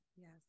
Yes